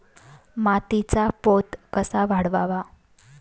मातीचा पोत कसा वाढवावा?